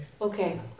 Okay